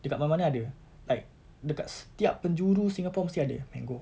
dekat mana mana ada like dekat setiap penjuru singapore mesti ada mango